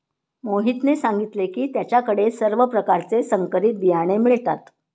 मोहितने सांगितले की त्याच्या कडे सर्व प्रकारचे संकरित बियाणे मिळतात